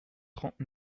trente